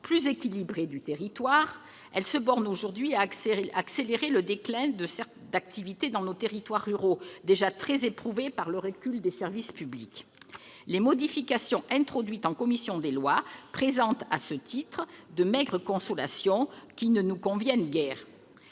plus équilibré du territoire, elle se borne aujourd'hui à accélérer le déclin de l'activité dans nos territoires ruraux, déjà très éprouvés par le recul des services publics. Les modifications du texte introduites en commission des lois représentent à ce titre de maigres consolations, qui ne nous satisfont guère.